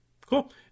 Cool